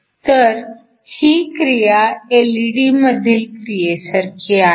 तर ही क्रिया एलईडीमधील क्रियेसारखी आहे